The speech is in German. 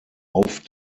auf